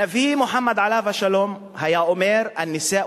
הנביא מוחמד, עליו השלום, היה אומר: אל-נסאא